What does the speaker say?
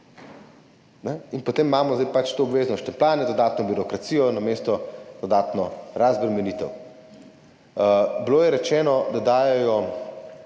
In potem imamo zdaj pač to obvezno štempljanje, dodatno birokracijo namesto dodatne razbremenitve. V razpravi je bilo rečeno, da dajejo